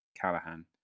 Callahan